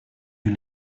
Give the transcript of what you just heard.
you